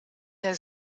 der